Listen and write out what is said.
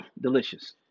delicious